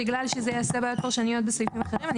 כי זה יעשה בעיות פרשניות בסעיפים אחרים,